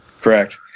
correct